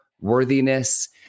worthiness